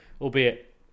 Albeit